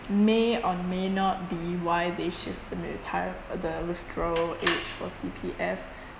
may or may not be why they shift the retire~ uh the withdrawal age for C_P_F